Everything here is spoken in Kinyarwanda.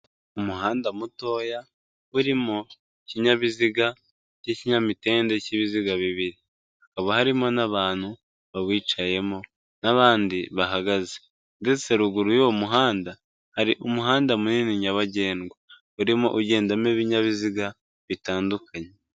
Umuhanda mutoya uri mu ikinyabiziga cy'ikinyamitende cy'ibiziga bibiri, hakaba harimo n'abantu bawicayemo n'abandi bahagaze ndetse ruguru y'uwo muhanda hari umuhanda munini nyabagendwa urimo ugendamo ibinyabiziga bitandukanye.